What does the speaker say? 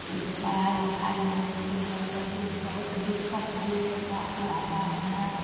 जे पढ़ाइ लिखाइ लए नहि पूरि रहलै हन बहुत दिक्कत हमरा सबके हमरा पास हइ